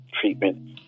treatment